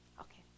Okay